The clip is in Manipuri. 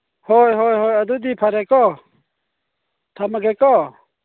ꯍꯣꯏ ꯍꯣꯏ ꯍꯣꯏ ꯑꯗꯨꯗꯤ ꯐꯔꯦꯀꯣ ꯊꯝꯃꯒꯦꯀꯣ